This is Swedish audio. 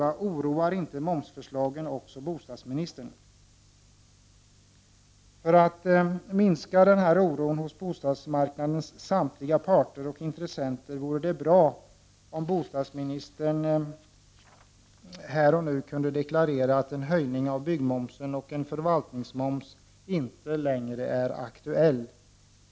Oroar inte momsförslagen också bostadsministern? För att minska denna oro hos bostadsmarknadens samtliga parter och intressenter vore det bra om bostadsministern här och nu kunde deklarera att en höjning av byggmomsen och en förvaltningsmoms inte längre är aktuell.